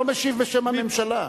אתה לא משיב בשם הממשלה.